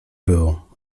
było